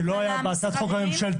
שלא היה בהצעת החוק הממשלתית.